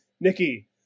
Nikki